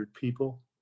people